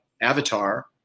Avatar